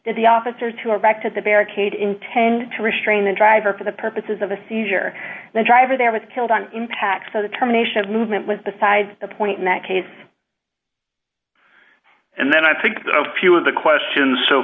that the officers who are back to the barricade intended to restrain the driver for the purposes of a seizure the driver there was killed on impact so the combination of movement was beside the point in that case and then i think few of the questions so